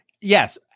Yes